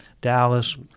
Dallas